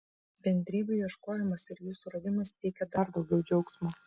bendrybių ieškojimas ir jų suradimas teikia dar daugiau džiaugsmo